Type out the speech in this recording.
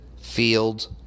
Fields